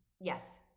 Yes